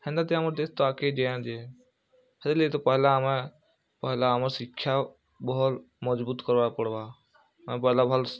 ହେନ୍ତାଥି ଆମର୍ ଦେଶ୍ ଆଗ୍କେ ଜେ ନେଜେ ସେଥୀର୍ ଲାଗି ତ ପହେଲା ଆମେ ପହେଲା ଆମର୍ ଶିକ୍ଷା ଭଲ୍ ମଜବୁତ୍ କର୍ବାର୍ ପଡ଼ବା ଆମେ ପହେଲା ଭଲ୍